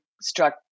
struck